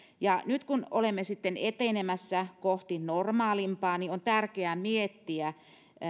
nyt kun olemme sitten etenemässä kohti normaalimpaa niin on tärkeää miettiä